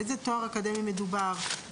באיזה תואר אקדמי מדובר.